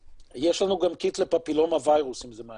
יש לנו גם קיט לפפילומה וירוס אם זה מעניין.